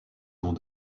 dans